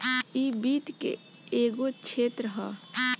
इ वित्त के एगो क्षेत्र ह